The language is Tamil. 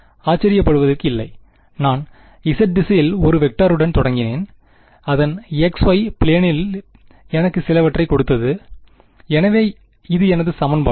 ஆச்சரியப்படுவதற்கில்லை நான் z திசையில் ஒரு வெக்டாருடன் தொடங்கினேன் அதன் x y பிளேனில் எனக்கு சிலவற்றை கொடுத்தது எனவே இது எனது சமன்பாடு